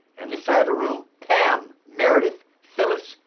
and this side of the room pam, meredith, phyllis,